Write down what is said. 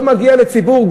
לא מגיע לציבור,